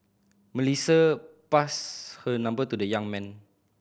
Melissa passed her number to the young man